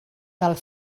del